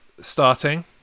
starting